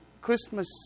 Christmas